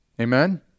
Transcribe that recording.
Amen